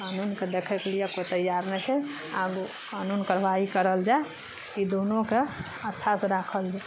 कानूनके देखैत के लिए कोइ तैयार नहि छै आगू कानून करवाही करल जाए ई दुनूके अच्छा से राखल जाए